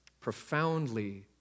profoundly